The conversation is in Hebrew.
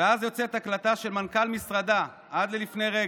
ואז יוצאת הקלטה של מנכ"ל משרדה עד לפני רגע: